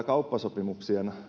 kauppasopimuksien